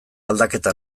aldaketa